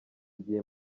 igihe